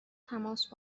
تماس